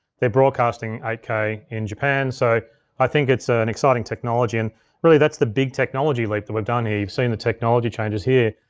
they're broadcasting eight k in japan. so i think it's ah an exciting technology, and really, that's the big technology leap that we've done here. you've seen the technology changes here.